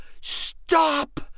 stop